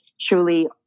truly